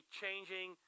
changing